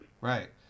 Right